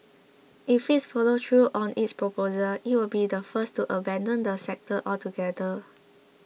if it follows through on its proposal it would be the first to abandon the sector altogether